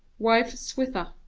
wife switha